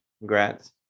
Congrats